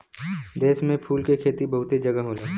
देश में फूल के खेती बहुते जगह होला